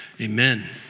Amen